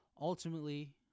Ultimately